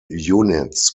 units